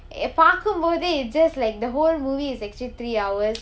பாக்கும் போதே:paakum pothae it's just like the whole movie is actually three hours